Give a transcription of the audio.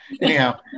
Anyhow